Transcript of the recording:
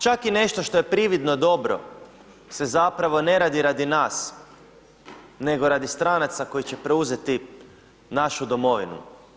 Čak i nešto što je prividno dobro se zapravo ne radi radi nas, nego radi stranaca koji će preuzeti našu domovinu.